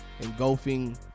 engulfing